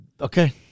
Okay